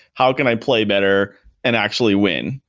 how can i play better and actually win?